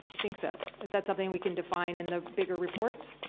i think so. is that something we can define in the bigger report?